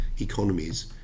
economies